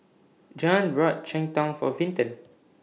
Jean bought Cheng Tng For Vinton